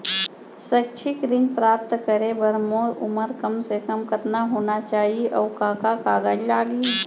शैक्षिक ऋण प्राप्त करे बर मोर उमर कम से कम कतका होना चाहि, अऊ का का कागज लागही?